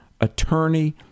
attorney